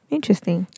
Interesting